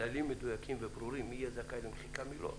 כללים מדויקים וברורים מי יהיה זכאי למחיקה ומי לא.